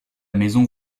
maison